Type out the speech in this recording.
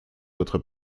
votre